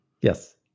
Yes